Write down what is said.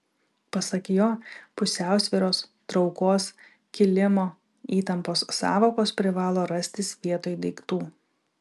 pasak jo pusiausvyros traukos kilimo įtampos sąvokos privalo rastis vietoj daiktų